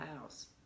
house